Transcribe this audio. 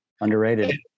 Underrated